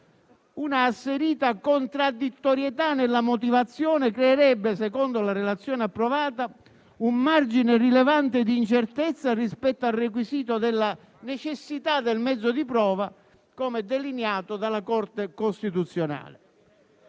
Una asserita contraddittorietà della motivazione creerebbe - secondo la relazione approvata - un margine rilevante di incertezza rispetto al requisito della necessità del mezzo di prova, come delineato dalla Corte costituzionale.